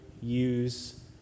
use